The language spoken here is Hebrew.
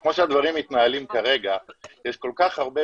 כמו שהדברים מתנהלים כרגע יש כל כך הרבה,